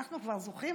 אנחנו כבר זוכים